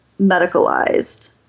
medicalized